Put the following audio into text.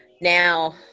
Now